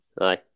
Aye